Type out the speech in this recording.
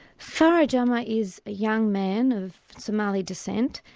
farah jama is a young man of somali descent.